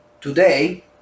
today